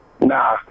Nah